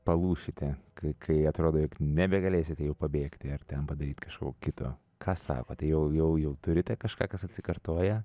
palūšite kai kai atrodo jog nebegalėsite jau pabėgti ar ten padaryti kažko kito ką sakote jau jau turite kažką kas atsikartoja